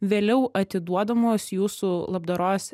vėliau atiduodamos jūsų labdaros